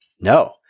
No